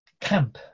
camp